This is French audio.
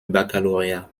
baccalauréat